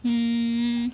um